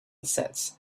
sets